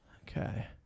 Okay